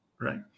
Right